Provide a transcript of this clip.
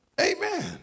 Amen